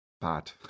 bad